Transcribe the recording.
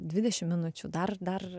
dvidešimt minučių dar dar